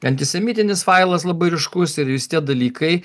antisemitinis failas labai ryškus ir visi tie dalykai